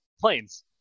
Planes